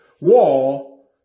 wall